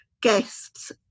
guests